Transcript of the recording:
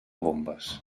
bombes